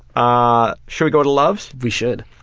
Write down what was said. ah should we go to loves? we should.